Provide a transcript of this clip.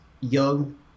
young